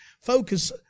focus